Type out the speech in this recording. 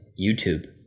YouTube